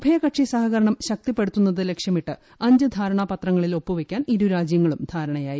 ഉഭയകക്ഷി സഹകരണം ശക്തിപ്പെടുത്തുന്നത് ലക്ഷ്യമിട്ട് അഞ്ച് ധാരണാ പത്രങ്ങളിൽ ഒപ്പു വയ്ക്കാൻ ഇരുരാജ്യങ്ങളും ധാരണയായി